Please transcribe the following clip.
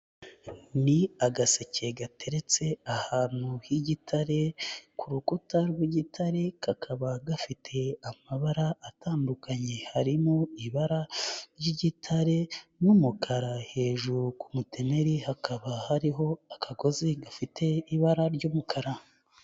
Ni agaseke gateretse ahantu h'igitare, ku rukuta rw'igitare kakaba gafite amabara atandukanye, harimo ibara ry'igitare n'umukara hejuru ku mutemeri hakaba hariho akagozi gafite ibara ry'umukara.